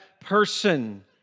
person